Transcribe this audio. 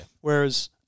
Whereas